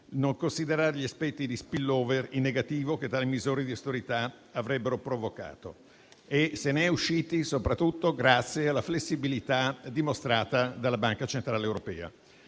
non consideravano gli aspetti di *spillover* in negativo che tali misure di austerità avrebbero provocato. Ne siamo usciti soprattutto grazie alla flessibilità dimostrata dalla Banca centrale europea.